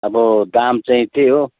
अब दाम चाहिँ त्यही हो